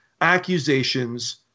accusations